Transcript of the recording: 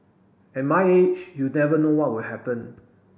at my age you never know what will happen